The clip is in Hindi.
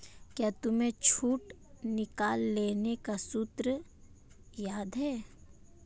क्या तुम्हें छूट निकालने का सूत्र याद है?